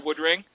Woodring